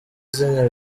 izina